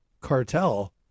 cartel